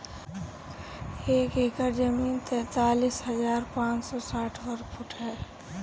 एक एकड़ जमीन तैंतालीस हजार पांच सौ साठ वर्ग फुट ह